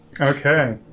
Okay